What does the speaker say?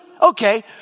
Okay